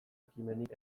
ekimenik